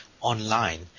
online